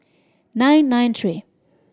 nine nine three